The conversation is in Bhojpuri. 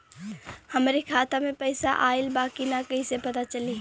हमरे खाता में पैसा ऑइल बा कि ना कैसे पता चली?